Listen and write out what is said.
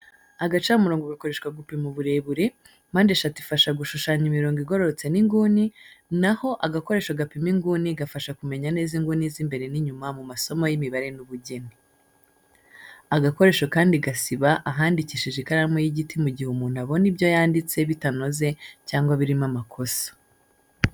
Agacamurongo gakoreshwa gupima uburebure, mpande eshatu ifasha gushushanya imirongo igororotse n’inguni, na ho agakoresho gapima inguni gafasha kumenya neza inguni z’imbere n’inyuma mu masomo y’imibare n’ubugeni. Agakoresho kandi gasiba ahandikishije ikaramu y'igiti mu gihe umuntu abona ibyo yanditse bitanoze cyangwa birimo ikosa.